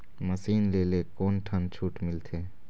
Machine ले ले कोन ठन छूट मिलथे?